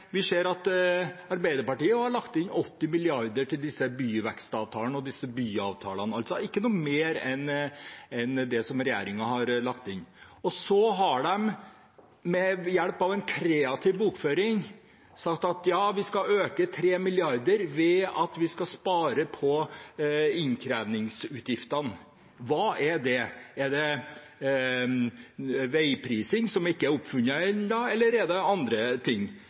Vi ser at Arbeiderpartiet har lagt inn 80 mrd. kr til byvekstavtalene og byavtalene, altså ikke noe mer enn det som regjeringen har lagt inn. Så har en, ved hjelp av kreativ bokføring, sagt at en skal øke med 3 mrd. kr, ved at en skal spare på innkrevingsutgiftene. Hva er det? Er det veiprising som ikke er oppfunnet ennå, eller er det andre ting?